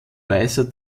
weißer